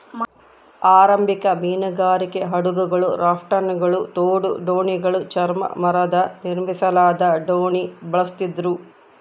ಆರಂಭಿಕ ಮೀನುಗಾರಿಕೆ ಹಡಗುಗಳು ರಾಫ್ಟ್ಗಳು ತೋಡು ದೋಣಿಗಳು ಚರ್ಮ ಮರದ ನಿರ್ಮಿಸಲಾದ ದೋಣಿ ಬಳಸ್ತಿದ್ರು